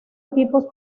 equipos